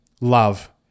love